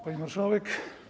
Pani Marszałek!